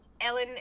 ellen